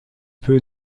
peut